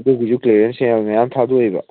ꯑꯗꯨꯒꯤꯁꯨ clearance sale ꯃꯌꯥꯝ ꯑꯃ ꯊꯥꯗꯣꯛꯏꯕ